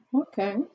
okay